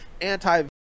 anti